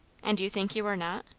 and you think you are not?